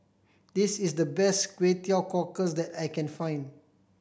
this is the best Kway Teow Cockles that I can find